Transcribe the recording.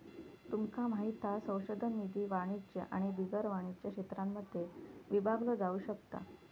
तुमका माहित हा संशोधन निधी वाणिज्य आणि बिगर वाणिज्य क्षेत्रांमध्ये विभागलो जाउ शकता